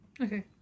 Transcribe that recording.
Okay